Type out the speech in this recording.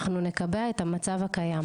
אנחנו נקבע את המצב הקיים,